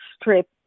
strip